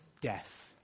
death